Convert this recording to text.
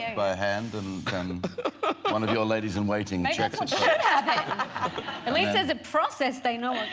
and by hand and tandem one of your ladies in waiting checks but yeah and we says the process they know?